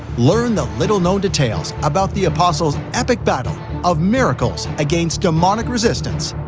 learn the little known details about the apostles' epic battle of miracles against demonic resistance,